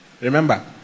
Remember